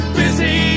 busy